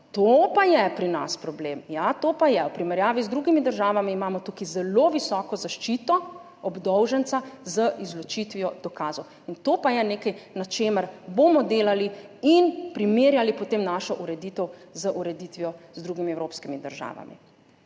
To pa je pri nas problem, ja, to pa je. V primerjavi z drugimi državami imamo tukaj zelo visoko zaščito obdolženca z izločitvijo dokazov. To pa je nekaj, na čemer bomo delali in primerjali potem našo ureditev z ureditvijo z drugimi evropskimi državami.